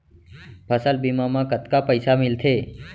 फसल बीमा म कतका पइसा मिलथे?